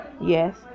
Yes